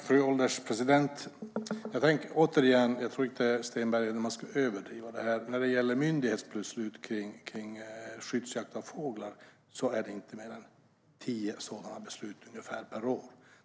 Fru ålderspresident! Jag tror inte att man ska överdriva det här, Sten Bergheden. När det gäller myndighetsbeslut rörande skyddsjakt av fåglar är det inte mer än ungefär tio sådana per år.